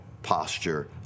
posture